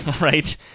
right